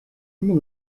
immer